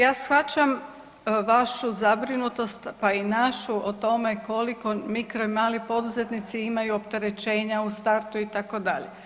Ja shvaćam vašu zabrinutost, pa i našu o tome koliko mikro i mali poduzetnici imaju opterećenja u startu itd.